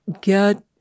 get